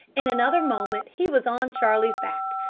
in another moment he was on charlie's back,